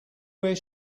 where